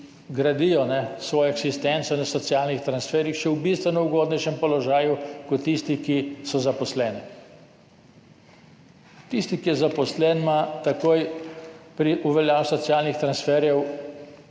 gradijo svojo eksistenco na socialnih transferjih, še v bistveno ugodnejšem položaju kot tisti, ki so zaposleni. Tisti, ki je zaposlen, ima takoj pri uveljavljanju socialnih transferjev